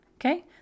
okay